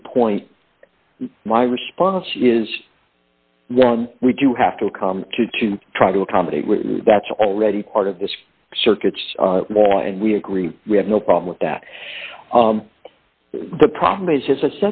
good point my response is one we do have to come to to try to accommodate that's already part of this circuits and we agree we have no problem with that the problem is just a